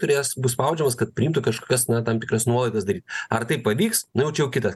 turės bus spaudžiamas kad priimtų kažkokias na tam tikras nuolaidas daryt ar tai pavyks nu jau čia jau kitas